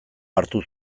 hartu